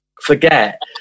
forget